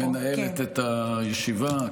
כשאת מנהלת את הישיבה.